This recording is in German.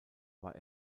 war